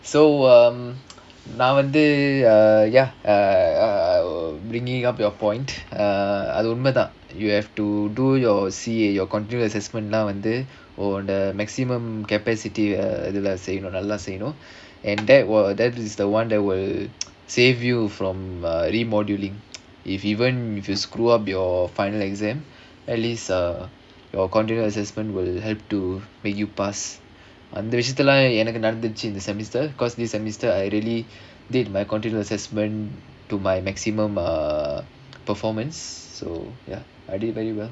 so um nowadays uh ya uh bringing up your point uh அது உண்மைதான்:adhu unmaithaan you have to do your C_A your continual assessment now and there or the maximum capacity நல்லா செய்யணும்:nallaa seiyanum you know and that were that is the [one] that will save you from a re-moduling if even if you screw up your final exam at least uh your continual assessment will help to make you pass அந்த விஷயத்துல எனக்கு நடந்துச்சு இந்த:andha vishayathula enakku nadanthuchu indha semester because this semester I really did my continual assessment to my maximum uh performance so ya I did very well